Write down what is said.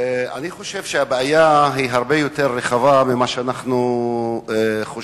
אני חושב שהבעיה הרבה יותר רחבה ממה שאנחנו חושבים,